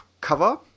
cover